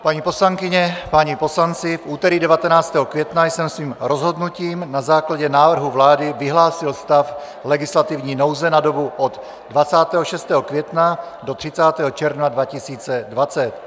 Paní poslankyně, páni poslanci, v úterý 19. května jsem svým rozhodnutím na základě návrhu vlády vyhlásil stav legislativní nouze na dobu od 26. května do 30. června 2020.